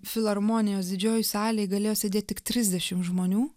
filharmonijos didžiojoj salėj galėjo sėdėt tik trisdešim žmonių